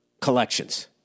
collections